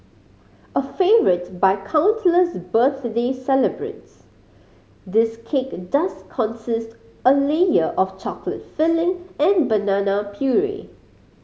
a favourite by countless birthday celebrants this cake does consist a layer of chocolate filling and banana puree